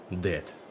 Dead